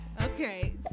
Okay